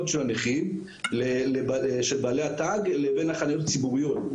של הנכים בעלי התג לבין החניות הציבוריות,